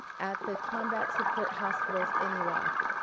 at the combat support hospitals in iraq.